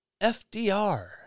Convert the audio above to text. FDR